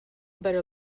better